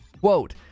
quote